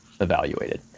evaluated